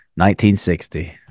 1960